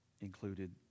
included